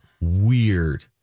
weird